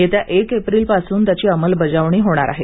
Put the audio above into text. येत्या एक एप्रिलपासून त्यांची अंमलबजावणी करणार आहे